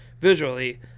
visually